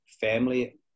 family